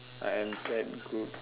I am quite good